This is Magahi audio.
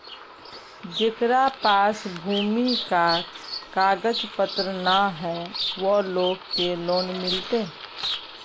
जेकरा पास भूमि का कागज पत्र न है वो लोग के लोन मिलते?